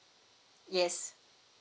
yes